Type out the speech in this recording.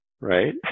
right